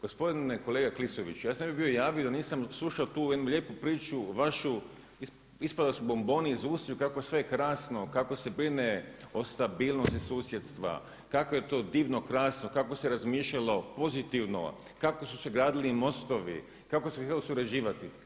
Gospodine kolega Klisoviću, ja se ne bi bio javio da nisam slušao tu jednu lijepu priču vašu ispadali su bomboni iz usta kako je sve krasno, kako se brine o stabilnosti susjedstva, kako je to divno, krasno, kako se razmišljalo pozitivno, kako su se gradili i mostovi, kako se htjelo surađivati.